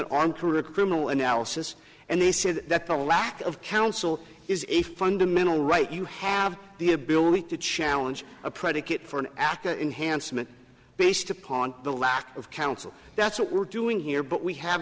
on career criminal analysis and they said that the lack of counsel is a fundamental right you have the ability to challenge a predicate for an actor in handsome and based upon the lack of counsel that's what we're doing here but we have